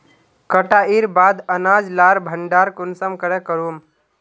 कटाईर बाद अनाज लार भण्डार कुंसम करे करूम?